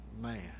man